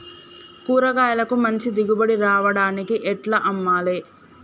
కూరగాయలకు మంచి దిగుబడి రావడానికి ఎట్ల అమ్మాలే?